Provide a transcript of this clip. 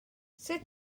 sut